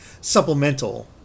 supplemental